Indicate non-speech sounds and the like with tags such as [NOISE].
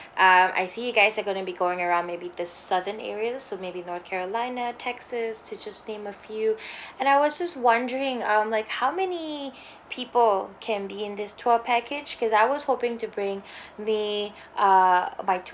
um I see you guys are going to be going around maybe the southern areas so maybe north carolina texas to just name a few [BREATH] and I was just wondering um like how many [BREATH] people can be in this tour package because I was hoping to bring [BREATH] me err my two